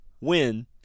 Win